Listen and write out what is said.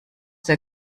der